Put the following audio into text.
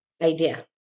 idea